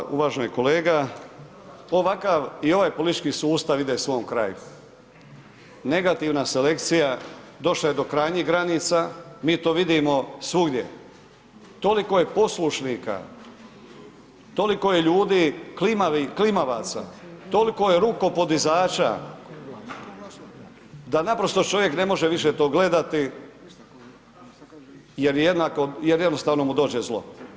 Hvala uvaženi kolega, ovakav i ovaj politički sustav ide svom kraju, negativna selekcija došla je do krajnjih granica, mi to vidimo svugdje, toliko je poslušnika, toliko je ljudi klimavi, klimavaca, toliko je rukopodizača, da naprosto čovjek ne može više to gledati jer jednostavno mu dođe zlo.